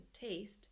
taste